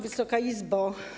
Wysoka Izbo!